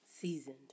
seasoned